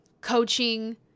Coaching